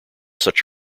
such